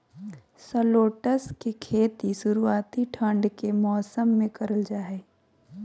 shallots के खेती शुरुआती ठंड के मौसम मे करल जा हय